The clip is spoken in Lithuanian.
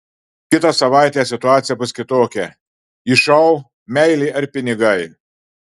kitą savaitę situacija bus kitokia į šou meilė ar pinigai